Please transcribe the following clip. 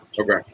Okay